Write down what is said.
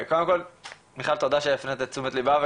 מיכל, תודה שהפנית את תשומת לבם.